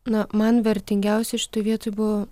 na man vertingiausia šitoj vietoj buvo